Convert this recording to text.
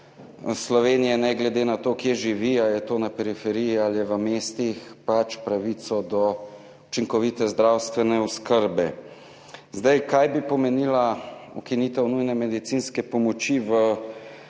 Slovenije, ne glede na to, kje živi, ali je to na periferiji ali je v mestu, pravico do učinkovite zdravstvene oskrbe. Kaj bi pomenila ukinitev nujne medicinske pomoči v